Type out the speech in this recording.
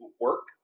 work